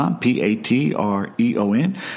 P-A-T-R-E-O-N